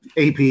AP